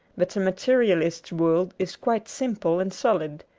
but the materialist's world is quite simple and solid,